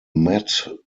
matt